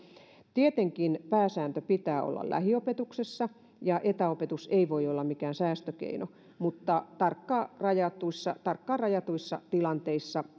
tietenkin pääsäännön pitää olla lähiopetuksessa ja etäopetus ei voi olla mikään säästökeino mutta tarkkaan rajatuissa tarkkaan rajatuissa tilanteissa